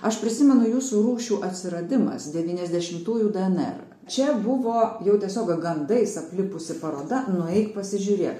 aš prisimenu jūsų rūšių atsiradimas devyniasdešimtųjų dnr čia buvo jau tiesiog gandais aplipusi paroda nueik pasižiūrėk